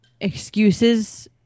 excuses